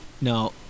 No